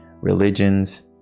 religions